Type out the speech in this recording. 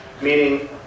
meaning